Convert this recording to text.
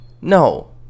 No